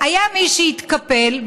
היה מי שהתקפל,